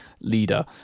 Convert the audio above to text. leader